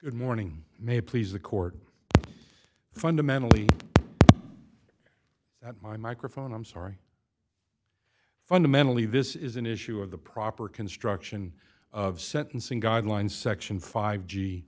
good morning may please the court fundamentally at my microphone i'm sorry fundamentally this is an issue of the proper construction of sentencing guidelines section five g